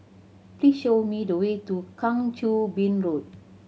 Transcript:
please show me the way to Kang Choo Bin Road